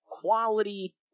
quality